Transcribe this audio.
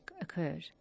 occurred